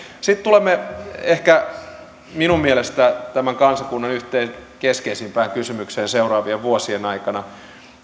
sitten tulemme minun mielestäni tämän kansakunnan yhteen ehkä keskeisimpään kysymykseen seuraavien vuosien aikana